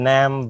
Nam